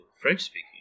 French-speaking